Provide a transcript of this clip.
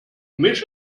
mich